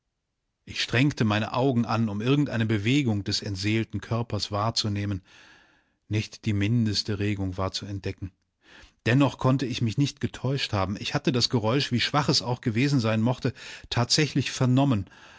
ich strengte meine augen an um irgendeine bewegung des entseelten körpers wahrzunehmen nicht die mindeste regung war zu entdecken dennoch konnte ich mich nicht getäuscht haben ich hatte das geräusch wie schwach es auch gewesen sein mochte tatsächlich vernommen